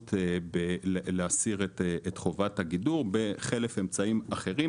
אפשרות להסיר את חובת הגידור בחלף אמצעים אחרים.